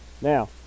now